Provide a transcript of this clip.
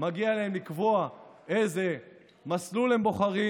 מגיע להם לקבוע איזה מסלול הם בוחרים,